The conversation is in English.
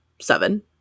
seven